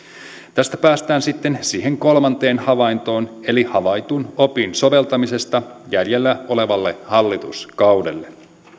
tästä päästään sitten siihen kolmanteen havaintoon eli havaitun opin soveltamiseen jäljellä olevalle hallituskaudelle